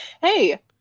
hey